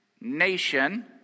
nation